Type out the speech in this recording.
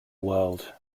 world